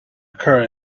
occur